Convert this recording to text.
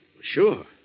Sure